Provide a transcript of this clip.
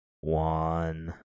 one